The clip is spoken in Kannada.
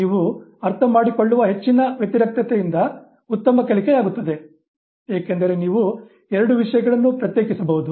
ನೀವು ಅರ್ಥಮಾಡಿಕೊಳ್ಳುವ ಹೆಚ್ಚಿನ ವ್ಯತಿರಿಕ್ತತೆಯಿಂದ ಉತ್ತಮ ಕಲಿಕೆಯಾಗುತ್ತದೆ ಏಕೆಂದರೆ ನೀವು ಎರಡು ವಿಷಯಗಳನ್ನು ಪ್ರತ್ಯೇಕಿಸಬಹುದು